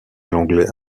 l’anglais